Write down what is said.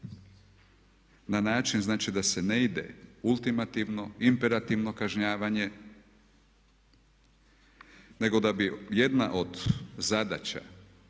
na način znači da se ne ide ultimativno, imperativno kažnjavanje nego da bi jedna od zadaća